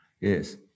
Yes